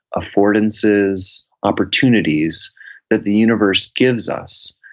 affordances, opportunities that the universe gives us,